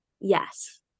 Yes